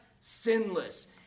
sinless